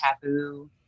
taboo